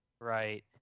right